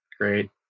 Great